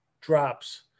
drops